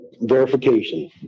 verification